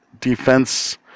defense